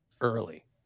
early